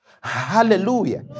Hallelujah